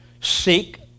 Seek